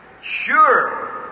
Sure